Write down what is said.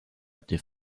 des